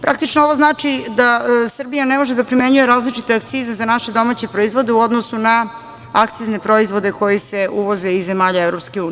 Praktično, ovo znači da Srbija ne može da primenjuje različite akcize za naše domaće proizvode u odnosu na akcizne proizvode koji se uvoze iz zemalja EU.